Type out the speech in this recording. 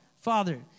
Father